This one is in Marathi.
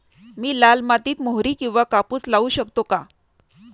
मी लाल मातीत मोहरी किंवा कापूस लावू शकतो का?